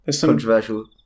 Controversial